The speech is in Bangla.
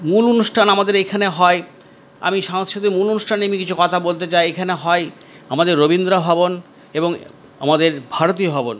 মূল অনুষ্ঠান আমাদের এখানে হয় আমি সাংস্কৃতিক অনুষ্ঠান আমি কিছু কথা বলতে চাই এখানে হয় আমাদের রবীন্দ্র ভবন এবং আমাদের ভারতীয় ভবন